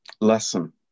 lesson